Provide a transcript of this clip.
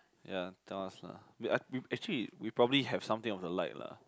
ya tell us lah we we actually we probably have something of the like lah